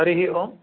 हरिः ओम्